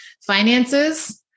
finances